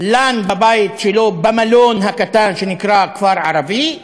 לן בבית שלו, במלון הקטן שנקרא כפר ערבי,